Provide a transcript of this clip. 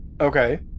Okay